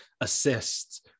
assists